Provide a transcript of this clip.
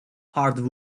hard